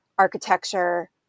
architecture